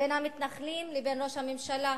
בין המתנחלים לבין ראש הממשלה,